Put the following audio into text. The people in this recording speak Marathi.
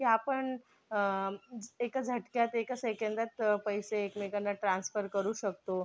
की आपण ज् एका झटक्यात एका सेकंदात पैसे एकमेकांना ट्रान्स्फर करू शकतो